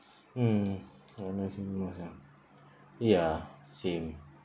mm what annoys me the most ah ya same